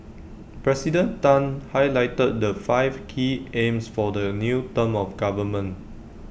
President Tan highlighted the five key aims for the new term of government